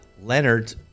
Leonard